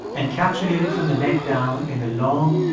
encapsulated from the neck down in the long,